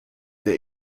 der